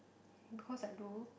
cause I do